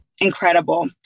incredible